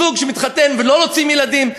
זוג שמתחתן ולא רוצה ילדים.